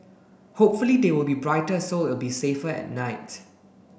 hopefully they will be brighter so it'll be safer at night